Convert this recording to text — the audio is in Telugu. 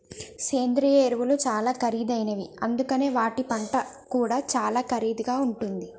సేంద్రియ ఎరువులు చాలా ఖరీదైనవి అందుకనే వాటి పంట కూడా చాలా ఖరీదుగా ఉంటుంది